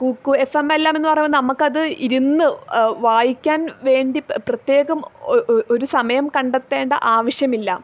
Kuku F എമ്മെല്ലാം എന്ന് പറയുമ്പോൾ നമ്മൾക്കത് ഇരുന്ന് വായിക്കാൻ വേണ്ടി പ്രത്യേകം ഒരു സമയം കണ്ടത്തേണ്ട ആവിശ്യമില്ല